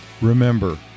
Remember